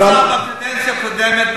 בקדנציה הקודמת,